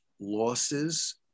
losses